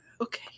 Okay